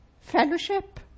fellowship